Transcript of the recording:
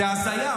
זו הזיה.